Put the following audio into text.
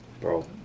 Bro